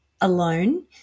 alone